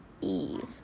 Eve